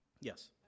Yes